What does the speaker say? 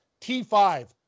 T5